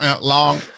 long